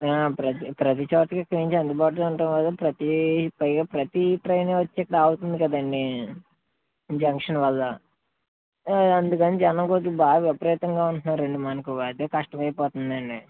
ప్రతి ప్రతి చోటకి ట్రైన్స్ అందుబాటులో ఉండటంవల్ల ప్రతి పైగా ప్రతీ ట్రైన్ వచ్చి ఇక్కడ ఆగుతుంది కదండీ జంక్షన్ వల్ల అందుకని జనం కొద్దిగా బాగా విపరీతంగా ఉంటున్నారండి మనకి అదే కష్టమైపోతుందండీ